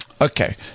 Okay